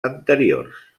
anteriors